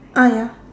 uh ya